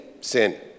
Sin